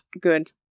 good